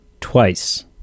twice